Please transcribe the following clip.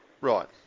Right